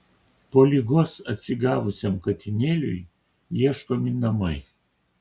po ligos atsigavusiam katinėliui ieškomi namai